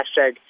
hashtag